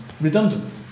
redundant